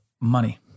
money